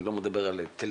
אני לא מדבר על טלפונים